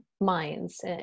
minds